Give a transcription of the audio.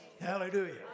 Hallelujah